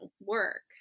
work